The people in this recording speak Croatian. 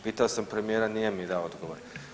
Pitao sam premijera nije mi dao odgovor.